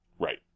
Right